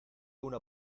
una